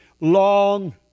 long